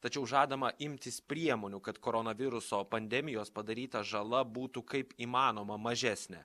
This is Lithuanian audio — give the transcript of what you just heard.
tačiau žadama imtis priemonių kad koronaviruso pandemijos padaryta žala būtų kaip įmanoma mažesnė